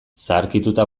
zaharkituta